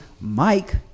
Mike